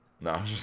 No